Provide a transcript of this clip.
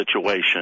situation